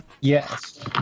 Yes